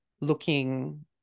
looking